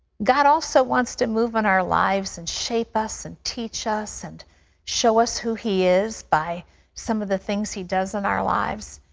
god also wants to move on our lives and shape us and teach us and show us who he is by some of the things he does in our lives.